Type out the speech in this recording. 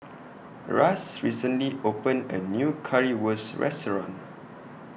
Ras recently opened A New Currywurst Restaurant